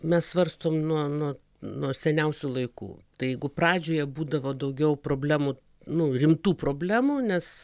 mes svarstom nuo nuo nuo seniausių laikų tai jeigu pradžioje būdavo daugiau problemų nu rimtų problemų nes